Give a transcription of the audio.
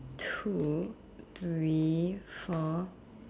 two three four